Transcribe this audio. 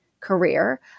career